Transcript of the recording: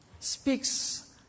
speaks